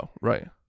right